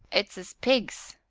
it's is pigs!